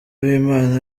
b’imana